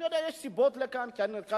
אני יודע, יש סיבות לכאן ולכאן,